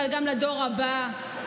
אבל גם לדור הבא,